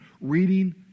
reading